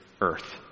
earth